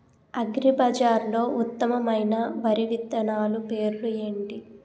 అగ్రిబజార్లో ఉత్తమమైన వరి విత్తనాలు పేర్లు ఏంటి?